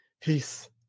Peace